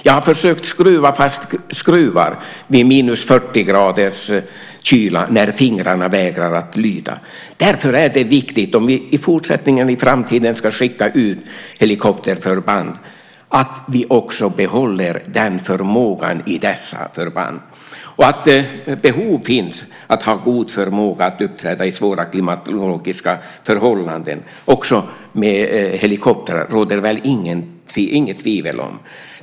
Jag har försökt skruva fast skruvar i 40 graders kyla, när fingrarna vägrar lyda. Om vi i fortsättningen och i framtiden ska skicka ut helikopterförband är det viktigt att vi också behåller den förmågan i dessa förband. Att ett behov finns av att ha god förmåga att uppträda under svåra klimatologiska förhållanden också med helikoptrar råder väl inget tvivel om.